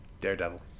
Daredevil